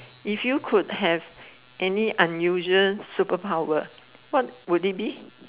if you could have any unusual superpower what would it be